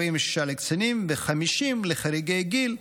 46 לקצינים ו-50 לחריגי גיל,